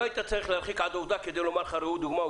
לא היית צריך להרחיק עד עובדה כדי לומר ראו דוגמה,